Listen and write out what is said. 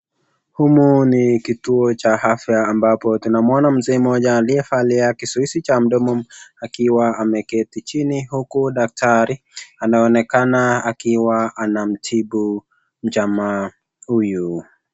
Humu ni kituo cha afya ambapo tunamuona mzee mmoja aliyevalia kizuizi cha mdomo akiwa ameketi chini uku daktari anaonekana akiwa anamtibu jamaa huyu.